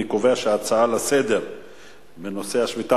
אני קובע שההצעה לסדר-היום בנושא השביתה